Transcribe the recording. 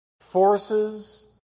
forces